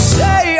say